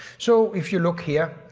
so if you look here.